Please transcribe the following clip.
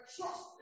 trust